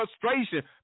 frustration